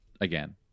again